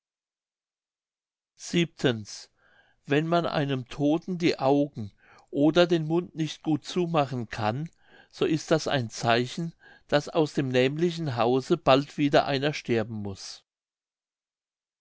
wenn man einem todten die augen oder den mund nicht gut zumachen kann so ist das ein zeichen daß aus dem nämlichen hause bald wieder einer sterben muß